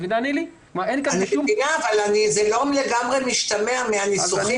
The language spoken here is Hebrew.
אני מבינה, אבל זה לא לגמרי משתמע מן הנוסח פה.